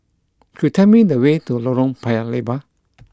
could you tell me the way to Lorong Paya Lebar